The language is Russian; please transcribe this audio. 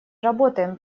работаем